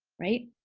right?